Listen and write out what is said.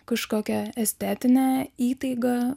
kažkokia estetine įtaiga